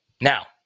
Now